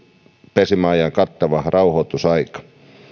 pesimäajan kattava rauhoitusaika